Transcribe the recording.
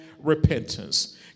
repentance